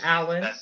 Alan